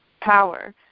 power